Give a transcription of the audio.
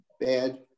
bad